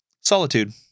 Solitude